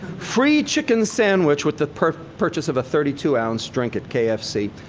free chicken sandwich with the purchase of a thirty two ounce drink at kfc.